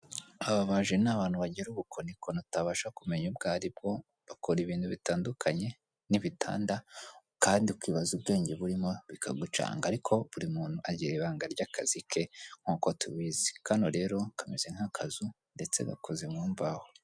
Ababaji ni abantu bagira ubukorikori utabasha kumenya ubwo ari bwo, bakora ibintu bitandukanye nk'ibitanda kandi ukibaza ubwenge burimo bikagucanga, ariko buri muntu agira ibanga ry'akazi ke nk'uko tubizi, kano rero kameze nk'akazu ndetse gakoze mu mbaho.